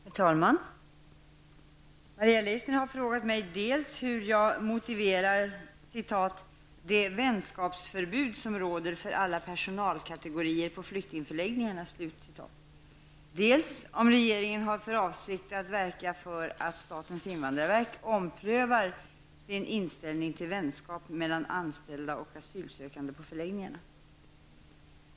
Herr talman! Maria Leissner har frågat mig dels hur jag motiverar ''det vänskapsförbud som råder för alla personalkategorier på flyktingförläggningarna'', dels om regeringen har för avsikt att verka för att statens invandrarverk omprövar sin inställning till vänskap mellan anställda och asylsökande på förläggningarna.